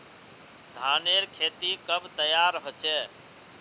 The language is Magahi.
धानेर खेती कब तैयार होचे?